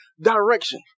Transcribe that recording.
direction